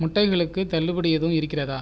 முட்டைகளுக்கு தள்ளுபடி எதுவும் இருக்கிறதா